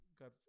got